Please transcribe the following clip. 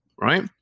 right